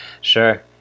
sure